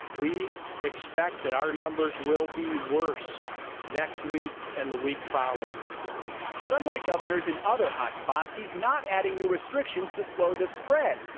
we expect that our numbers will be worse next week and the week following. reporter but unlike governors in other hot spots, he's not adding new restrictions to slow the spread.